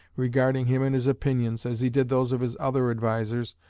regarding him and his opinions, as he did those of his other advisers,